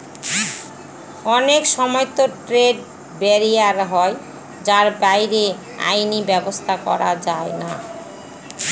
অনেক সময়তো trade barrier হয় যার বাইরে আইনি ব্যাবস্থা করা যায়না